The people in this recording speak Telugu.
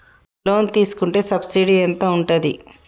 లోన్ తీసుకుంటే సబ్సిడీ ఎంత ఉంటది?